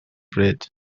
bryd